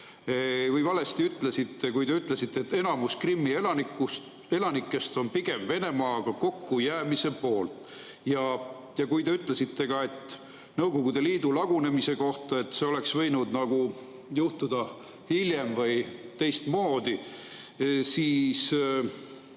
te valesti ütlesite, kui te ütlesite, et enamik Krimmi elanikest on pigem Venemaaga kokku jäämise poolt? Ja te ütlesite ka Nõukogude Liidu lagunemise kohta, et see oleks võinud juhtuda hiljem või teistmoodi. Kas